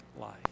life